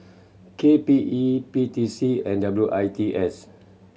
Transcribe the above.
K P E P T C and W I T S